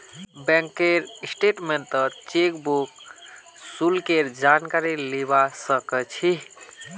बैंकेर स्टेटमेन्टत चेकबुक शुल्केर जानकारी लीबा सक छी